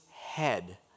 head